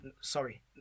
Sorry